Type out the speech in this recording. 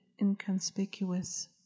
Inconspicuous